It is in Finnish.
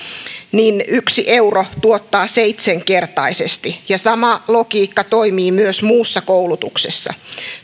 yksi euro tuottaa seitsenkertaisesti ja sama logiikka toimii myös muussa koulutuksessa